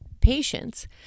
patients